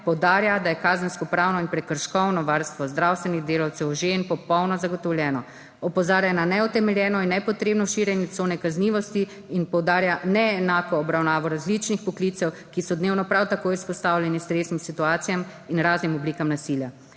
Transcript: poudarja, da je kazenskopravno in prekrškovno varstvo zdravstvenih delavcev že popolnoma zagotovljeno, opozarja na neutemeljeno in nepotrebno širjenje cone kaznivosti in poudarja neenako obravnavo različnih poklicev, ki so dnevno prav tako izpostavljeni stresnim situacijam in raznim oblikam nasilja.